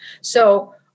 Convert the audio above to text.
So-